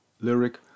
lyric